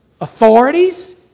authorities